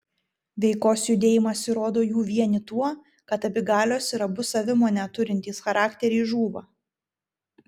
veikos judėjimas įrodo jų vienį tuo kad abi galios ir abu savimonę turintys charakteriai žūva